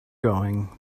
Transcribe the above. going